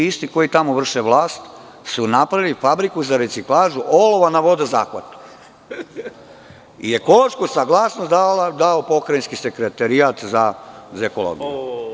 Ti isti koji tamo vrše vlast su napravili fabriku za reciklažu olova na vodozahvatu i ekološku saglasnost je dao pokrajinski sekretarijat za ekologiju.